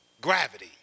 gravity